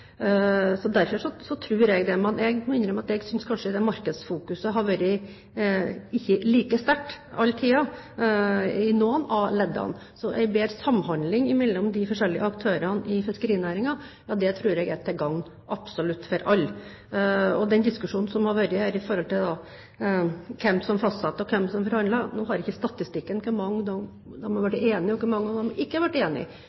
Derfor tror jeg det. Men jeg må innrømme at jeg synes markedsfokuset ikke alltid har vært like sterkt hele tiden i noen av leddene. Så en bedre samhandling mellom de forskjellige aktørene i fiskerinæringen tror jeg er til gagn for absolutt alle. Det er en diskusjon her om hvem som fastsetter og hvem som forhandler – nå har jeg ikke statistikken over hvor mange